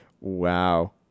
wow